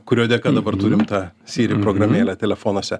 kurio dėka dabar turim tą siri programėlę telefonuose